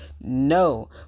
No